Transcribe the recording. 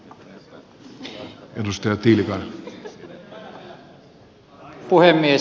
arvoisa puhemies